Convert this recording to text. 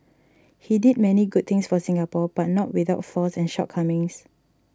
he did many good things for Singapore but not without flaws and shortcomings